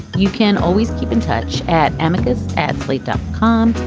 you can always keep in touch at amicus at slate dot com.